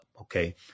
okay